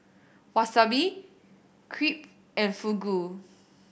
Wasabi Crepe and Fugu